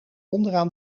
onderaan